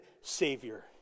Savior